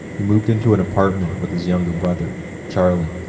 he moved into an apartment with his younger brother charlie.